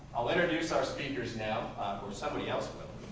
i'll introduce our speakers now or somebody else will.